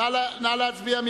נא להצביע.